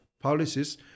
policies